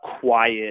quiet